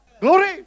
Glory